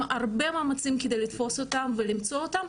הרבה מאמצים כדי לתפוס אותם ולמצוא אותם,